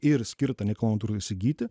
ir skirtą nekilnojam turtui įsigyti